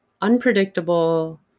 unpredictable